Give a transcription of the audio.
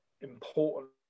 important